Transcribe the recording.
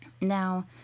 Now